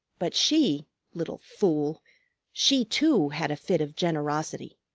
but she little fool she too had a fit of generosity.